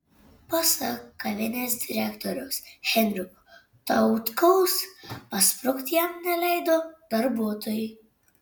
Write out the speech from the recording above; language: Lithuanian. pasak kavinės direktoriaus henriko tautkaus pasprukti jam neleido darbuotojai